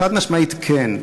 חד-משמעית כן.